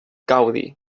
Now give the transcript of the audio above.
gaudi